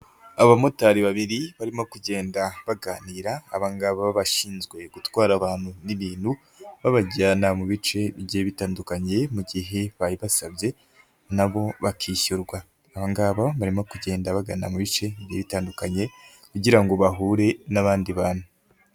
Abamotari babiri barimo kugenda baganira, abangaba bashinzwe gutwara abantu n'ibintu babajyana mu bice bigiye bitandukanye mu gihe babibasabye nabo bakishyurwa. Abangaba barimo kugenda bagana mu bice bitandukanye kugira ngo bahure n'abandi bantu.